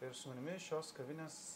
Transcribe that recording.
ir su manimi šios kavinės